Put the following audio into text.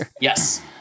Yes